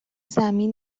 زمین